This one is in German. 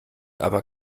aber